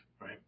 right